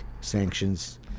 sanctions